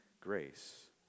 grace